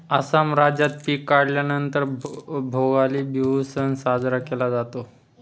आसाम राज्यात पिक काढल्या नंतर भोगाली बिहू सण साजरा केला जातो